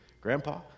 Grandpa